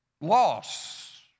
loss